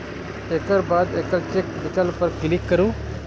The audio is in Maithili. एकर बाद एकल चेक विकल्प पर क्लिक करू